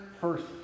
first